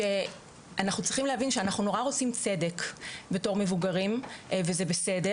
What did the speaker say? שאנחנו צריכים להבין שאנחנו נורא רוצים צדק בתור מבוגרים וזה בסדר.